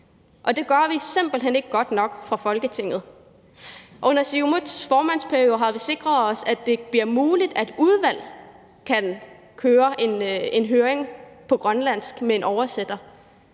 det gør vi simpelt hen ikke godt nok fra Folketingets side. Under Siumuts formandsperiode har vi sikret os, at det bliver muligt, at udvalg kan køre en høring på grønlandsk med en oversætter,